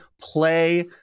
play